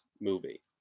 movie